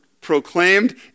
proclaimed